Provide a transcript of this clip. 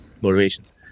motivations